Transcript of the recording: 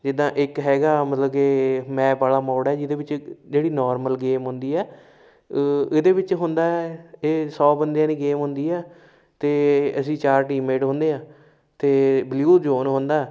ਜਿੱਦਾਂ ਇੱਕ ਹੈਗਾ ਮਤਲਬ ਕਿ ਮੈਪ ਵਾਲਾ ਮੋਡ ਹੈ ਜਿਹਦੇ ਵਿੱਚ ਜਿਹੜੀ ਨੋਰਮਲ ਗੇਮ ਹੁੰਦੀ ਹੈ ਇਹਦੇ ਵਿੱਚ ਹੁੰਦਾ ਇਹ ਸੌ ਬੰਦਿਆਂ ਦੀ ਗੇਮ ਹੁੰਦੀ ਹੈ ਅਤੇ ਅਸੀਂ ਚਾਰ ਟੀਮਮੇਟ ਹੁੰਦੇ ਹਾਂ ਅਤੇ ਬਲਿਊ ਜੋਨ ਹੁੰਦਾ